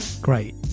great